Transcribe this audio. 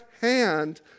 hand